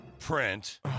print